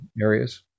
areas